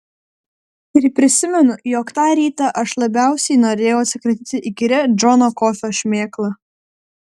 ir prisimenu jog tą rytą aš labiausiai norėjau atsikratyti įkyria džono kofio šmėkla